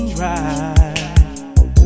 right